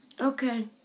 Okay